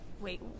Wait